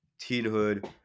teenhood